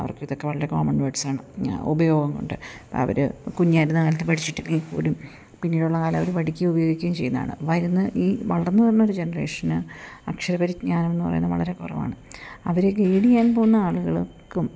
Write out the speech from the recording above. അവർക്ക് ഇതൊക്കെ വളരെ കോമൺ വേഡ്സാണ് ഞാ ഉപയോഗം കൊണ്ട് അവര് കുഞ്ഞായിരുന്ന കാലത്ത് പഠിച്ചിട്ടുണ്ടെങ്കിൽ പോലും പിന്നീടുള്ള കാലം അവര് പഠിക്കുകയും ഉപയോഗിക്കുകയും ചെയ്യുന്നതാണ് വരുന്ന് ഈ വളർന്ന് വരുന്നൊരു ജനറേഷന് അക്ഷരപരിജ്ഞാനം എന്ന് പറയുന്നത് വളരെ കുറവാണ് അവരെ ഗൈഡ് ചെയ്യാൻ പോകുന്ന ആളുകൾക്കും